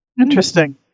Interesting